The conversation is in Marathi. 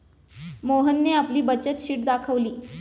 मोहनने आपली बचत शीट दाखवली